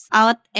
out